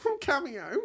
cameo